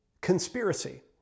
conspiracy